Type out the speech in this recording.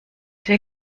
der